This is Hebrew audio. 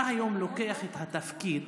אתה היום לוקח את התפקיד